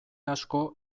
asko